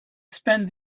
spent